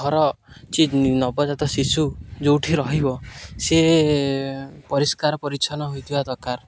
ଘର ନବଜାତ ଶିଶୁ ଯୋଉଠି ରହିବ ସିଏ ପରିଷ୍କାର ପରିଚ୍ଛନ୍ନ ହୋଇଥିବା ଦରକାର